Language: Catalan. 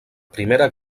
primera